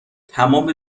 تمام